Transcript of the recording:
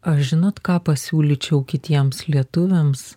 aš žinot ką pasiūlyčiau kitiems lietuviams